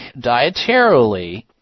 dietarily